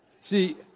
See